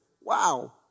Wow